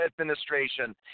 administration